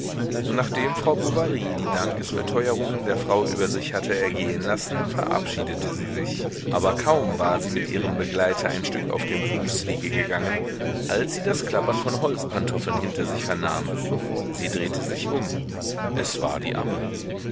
nachdem frau bovary die dankesbeteuerungen der frau über sich hatte ergehen lassen verabschiedete sie sich aber kaum war sie mit ihrem begleiter ein stück auf dem fußwege gegangen als sie das klappern von holzpantoffeln hinter sich vernahm sie drehte sich um es war die amme